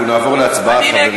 אנחנו נעבור להצבעה.